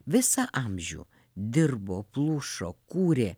visą amžių dirbo plušo kūrė